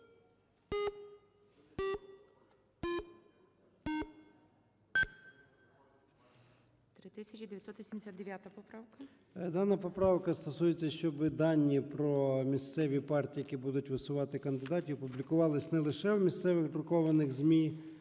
Дана поправка стосується, щоб дані про місцеві партії, які будуть висувати кандидатів, публікувались не лише в місцевих друкованих ЗМІ,